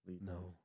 no